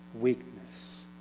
weakness